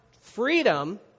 freedom